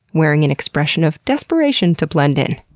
wearing an expression of desperation to blend in.